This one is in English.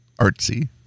artsy